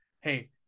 hey